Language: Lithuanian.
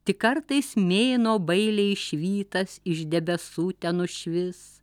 tik kartais mėnuo bailiai išvytas iš debesų tenušvis